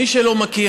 מי שלא מכיר,